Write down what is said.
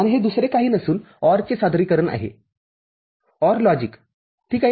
आणि हे दुसरे काही नसून OR चे सादरीकरण आहे OR लॉजिक ठीक आहे